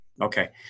Okay